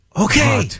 Okay